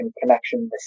connection